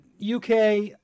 UK